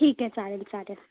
ठीक आहे चालेल चालेल